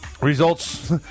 Results